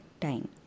time